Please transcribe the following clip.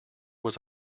was